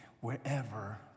wherever